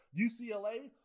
UCLA